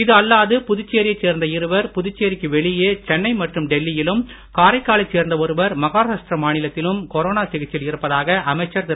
இது அல்லாது புதுச்சேரி யைச் சேர்ந்த இருவர் புதுச்சேரி க்கு வெளியே சென்னை மற்றும் டெல்லி யிலும் காரைக்கா லைச் சேர்ந்த ஒருவர் மஹாராஷ்டிர மாநிலத்திலும் கொரோனா சிகிச்சையில் இருப்பதாக அமைச்சர் திரு